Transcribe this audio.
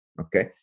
Okay